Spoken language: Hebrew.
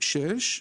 סעיף 6,